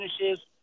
finishes